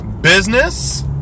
business